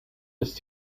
ist